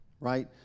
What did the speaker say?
right